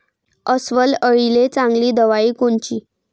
अस्वल अळीले चांगली दवाई कोनची?